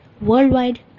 Worldwide